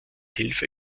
hilfe